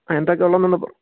ആ എന്തൊക്കെയുള്ളത് എന്നുള്ളത്